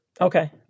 Okay